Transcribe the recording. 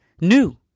new